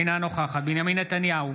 אינה נוכחת בנימין נתניהו,